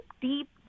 deep